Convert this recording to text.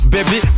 Baby